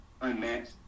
unmatched